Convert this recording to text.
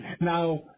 now